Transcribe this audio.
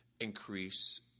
increase